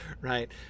Right